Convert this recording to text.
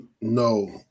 no